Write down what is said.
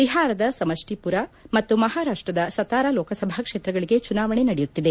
ಬಿಹಾರದ ಸಮಷ್ಷೀಮರ ಮತ್ತು ಮಹಾರಾಷ್ಲದ ಸತಾರಾ ಲೋಕಸಭಾ ಕ್ಷೇತ್ರಗಳಿಗೆ ಚುನಾವಣೆ ನಡೆಯುತ್ತಿದೆ